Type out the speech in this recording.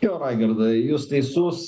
jo raigardai jūs teisus